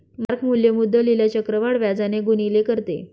mark मूल्य मुद्दलीला चक्रवाढ व्याजाने गुणिले करते